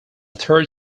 third